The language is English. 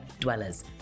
dwellers